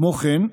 כמו כן,